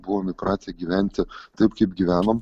buvom įpratę gyventi taip kaip gyvenom